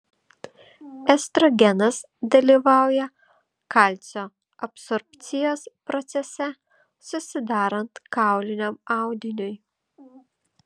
estrogenas dalyvauja kalcio absorbcijos procese susidarant kauliniam audiniui